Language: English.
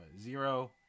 Zero